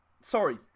Sorry